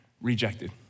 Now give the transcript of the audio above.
rejected